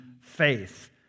faith